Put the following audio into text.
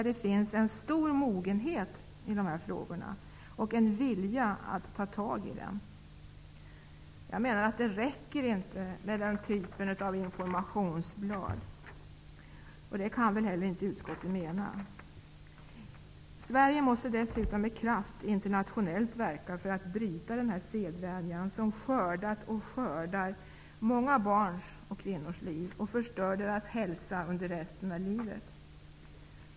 Det finns en stor mogenhet hos dem i de här frågorna och en vilja att ta tag i dem. Det räcker inte med den här typen av informationsblad. Det kan väl inte heller utskottet mena. Sverige måste dessutom med kraft verka internationellt för att bryta denna sedvänja som skördat och skördar många barns och kvinnors liv och förstör deras hälsa under resten av livet.